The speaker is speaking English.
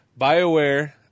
BioWare